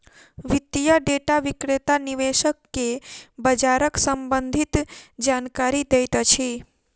वित्तीय डेटा विक्रेता निवेशक के बजारक सम्भंधित जानकारी दैत अछि